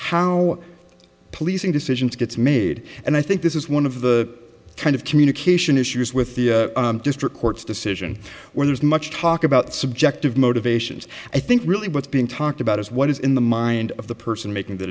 how policing decisions gets made and i think this is one of the kind of communication issues with the district court's decision where there's much talk about subjective motivations i think really what's being talked about is what is in the mind of the person making the